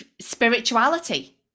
spirituality